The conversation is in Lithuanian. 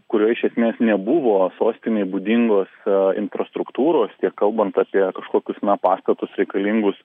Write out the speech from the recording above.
kurioj iš esmės nebuvo sostinei būdingos infrastruktūros tiek kalbant apie kažkokius na pastatus reikalingus